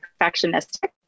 perfectionistic